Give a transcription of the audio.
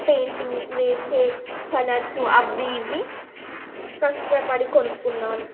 painting వేసే colours అవి ఇవి కష్టపడి కొనుక్కున్నాను